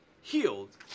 healed